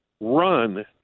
Run